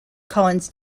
collins